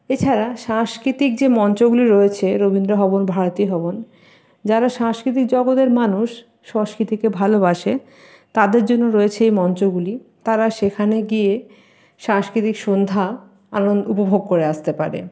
এছাড়া সাংস্কৃতিক যে মঞ্চগুলি রয়েছে রবীন্দ্র ভবন ভারতী ভবন যারা সাংস্কৃতিক জগতের মানুষ সাংস্কৃতিকে ভালোবাসে তাদের জন্য রয়েছে এই মঞ্চগুলি তারা সেখানে গিয়ে সাংস্কৃতিক সন্ধ্যা উপভোগ করে আসতে পারে